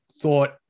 thought